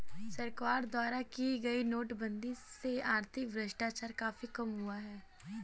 सरकार द्वारा की गई नोटबंदी से आर्थिक भ्रष्टाचार काफी कम हुआ है